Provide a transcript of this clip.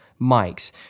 mics